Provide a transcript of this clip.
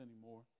anymore